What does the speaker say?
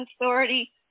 authority